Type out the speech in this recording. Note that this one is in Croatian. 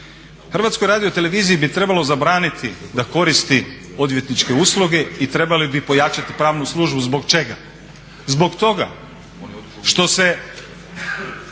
odvjetničke usluge. HRT-u bi trebalo zabraniti da koristi odvjetničke usluge i trebali bi pojačati pravnu službu. Zbog čega? Zbog toga što se